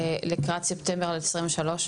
לקראת ספטמבר 2023?